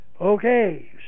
Okay